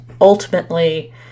ultimately